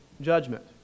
judgment